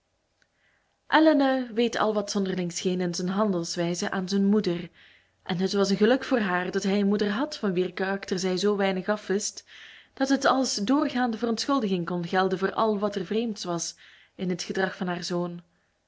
elinor weet al wat zonderling scheen in zijn handelwijze aan zijn moeder en het was een geluk voor haar dat hij een moeder had van wier karakter zij zoo weinig afwist dat het als doorgaande verontschuldiging kon gelden voor al wat er vreemds was in het gedrag van haar zoon